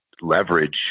leverage